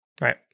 Right